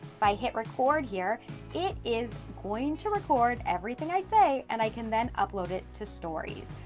if i hit record here it is going to record everything i say and i can then upload it to stories.